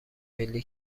ملی